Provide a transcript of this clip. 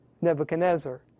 Nebuchadnezzar